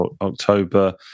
October